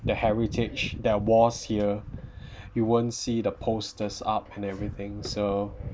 the heritage that was here you won't see the posters up and everything so